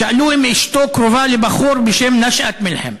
ושאלו אם אשתו קרובה לבחור בשם נשאת מלחם.